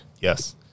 Yes